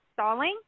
stalling